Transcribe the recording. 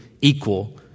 equal